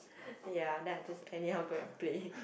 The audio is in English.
ya I just anyhow go and play